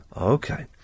okay